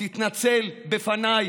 תתנצל בפניי,